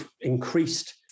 increased